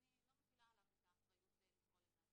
ואני לא מטילה עליו את האחריות לפעול לבד.